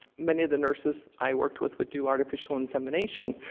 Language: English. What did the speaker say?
many of the nurses i worked with would do artificial insemination.